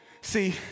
See